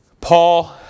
Paul